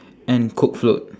and coke float